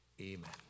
Amen